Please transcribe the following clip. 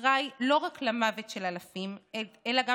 אחראי לא רק למוות של אלפים אלא גם